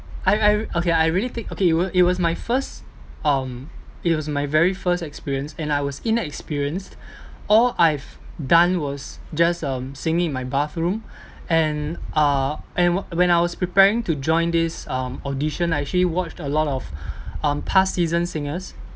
I I okay I really think okay it was it was my first um it was my very first experience and I was inexperienced all I've done was just um singing in my bathroom and uh and when I was preparing to join this um audition I actually watched a lot of um past season singers